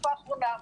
בתקופה האחרונה.